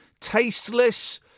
tasteless